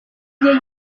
igihe